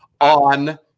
on